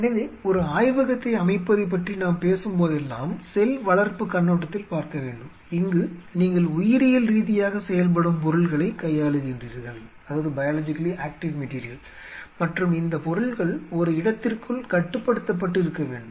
எனவே ஒரு ஆய்வகத்தை அமைப்பது பற்றி நாம் பேசும்போதெல்லாம் செல் வளர்ப்பு கண்ணோட்டத்தில் பார்க்கவேண்டும் இங்கு நீங்கள் உயிரியல் ரீதியாக செயல்படும் பொருள்களைக் கையாளுகின்றீர்கள் மற்றும் இந்தப் பொருள்கள் ஒரு இடத்திற்குள் கட்டுப்படுத்தப்பட்டு இருக்க வேண்டும்